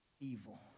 evil